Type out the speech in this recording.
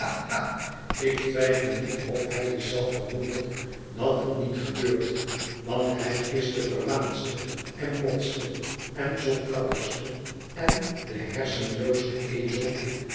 ik twijfel niet of bij is zelf verwonderd dat het niet gebeurt want hij is de verwaandste en botste de zotkappigste en de hersenlooste ezel